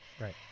right